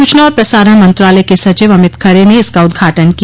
सूचना और प्रसारण मंत्रालय के सचिव अमित खरे ने इसका उदघाटन किया